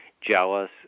jealous